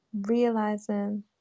realizing